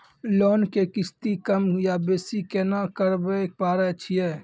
Loan के किस्ती कम या बेसी केना करबै पारे छियै?